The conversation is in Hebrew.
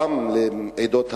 גם עדות המזרח,